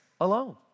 alone